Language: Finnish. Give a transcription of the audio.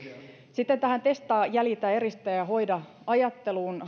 hyvä sitten tähän testaa jäljiltä eristä ja hoida ajatteluun